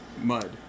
mud